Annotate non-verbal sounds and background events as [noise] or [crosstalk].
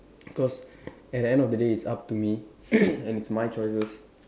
because at the end of the day it's up to me [noise] and it's my choices